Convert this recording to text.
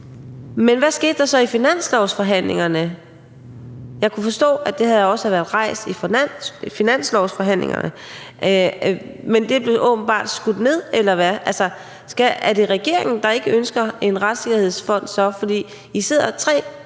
Men hvad skete der så i finanslovsforhandlingerne? Jeg kunne forstå, at det også havde været rejst i finanslovsforhandlingerne, men det blev åbenbart skudt ned, eller hvad? Altså, er det så regeringen, der ikke ønsker en retssikkerhedsfond? For I har siddet der